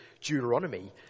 Deuteronomy